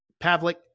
Pavlik